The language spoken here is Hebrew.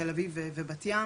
תל אביב ובת ים.